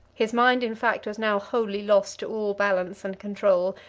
his mind, in fact, was now wholly lost to all balance and control,